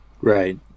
Right